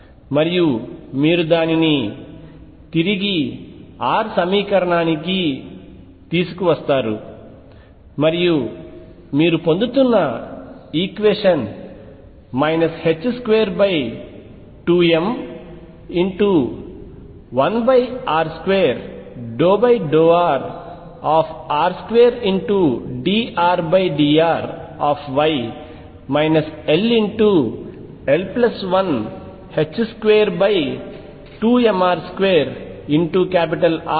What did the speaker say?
మరియు మీరు దానిని తిరిగి r సమీకరణానికి తీసుకువస్తారు మరియు మీరు పొందుతున్న ఈక్వేషన్ 22m1r2∂r r2dRdrY ll122mr2RVrRER